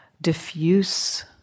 diffuse